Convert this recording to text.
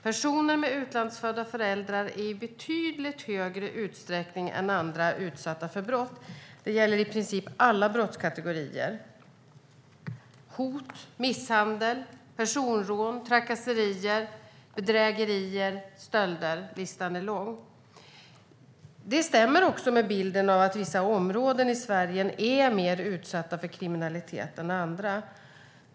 Personer med utlandsfödda föräldrar är i betydligt högre utsträckning än andra utsatta för brott. Det gäller i princip alla brottskategorier: hot, misshandel, personrån, trakasserier, bedrägerier och stölder. Listan är lång. Det stämmer också med bilden av att vissa områden i Sverige är mer utsatta för kriminalitet än andra.